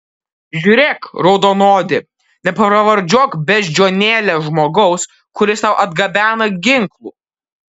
žiūrėk raudonodi nepravardžiuok beždžionėle žmogaus kuris tau atgabena ginklų